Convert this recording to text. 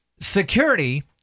security